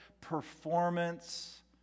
performance